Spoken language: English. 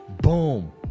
boom